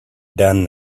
done